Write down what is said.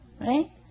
Right